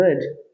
good